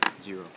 Zero